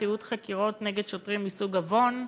תיעוד חקירות נגד שוטרים מסוג עוון,